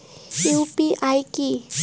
UPI কি?